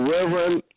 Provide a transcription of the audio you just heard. Reverend